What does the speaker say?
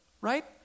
right